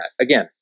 Again